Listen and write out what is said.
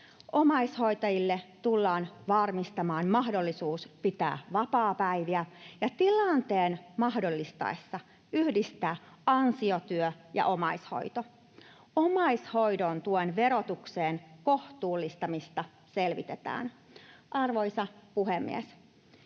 Omaishoitajille tullaan varmistamaan mahdollisuus pitää vapaapäiviä ja tilanteen mahdollistaessa yhdistää ansiotyö ja omaishoito. Omaishoidon tuen verotuksen kohtuullistamista selvitetään. Arvoisa puhemies!